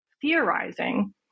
theorizing